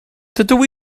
dydw